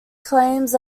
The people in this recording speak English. claims